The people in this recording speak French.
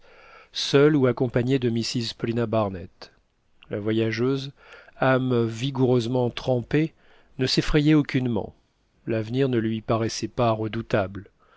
seul ou accompagné de mrs paulina barnett la voyageuse âme vigoureusement trempée ne s'effrayait aucunement l'avenir ne lui paraissait pas redoutable